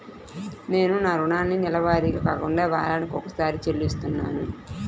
నేను నా రుణాన్ని నెలవారీగా కాకుండా వారానికోసారి చెల్లిస్తున్నాను